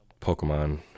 Pokemon